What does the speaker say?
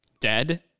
dead